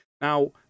Now